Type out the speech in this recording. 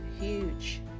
huge